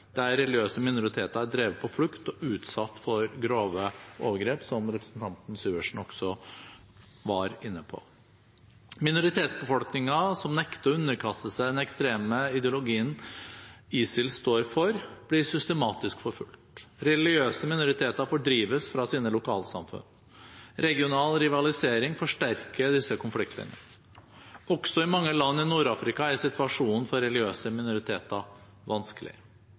der religiøse minoriteter er drevet på flukt og utsatt for grove overgrep, som representanten Syversen også var inne på. Minoritetsbefolkninger som nekter å underkaste seg den ekstreme ideologien ISIL står for, blir systematisk forfulgt. Religiøse minoriteter fordrives fra sine lokalsamfunn. Regional rivalisering forsterker disse konfliktlinjene. Også i mange land i Nord-Afrika er situasjonen for religiøse minoriteter